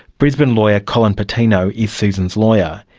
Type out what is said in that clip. brisbane lawyer colin patino is susan's lawyer.